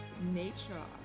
nature